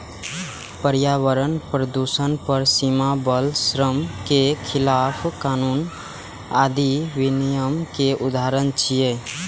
पर्यावरण प्रदूषण पर सीमा, बाल श्रम के खिलाफ कानून आदि विनियम के उदाहरण छियै